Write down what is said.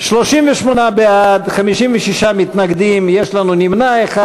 38 בעד, 56 מתנגדים, ויש לנו נמנע אחד.